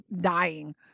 dying